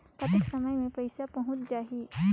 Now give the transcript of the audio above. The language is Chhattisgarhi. कतेक समय मे पइसा पहुंच जाही?